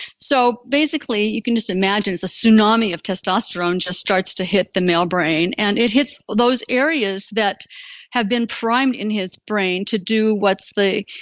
so basically, you can just imagine it's a tsunami of testosterone just starts to hit the male brain. and it hits those areas that have been primed in his brain to do what they,